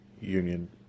union